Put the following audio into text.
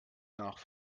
nach